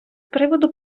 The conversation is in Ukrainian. приводу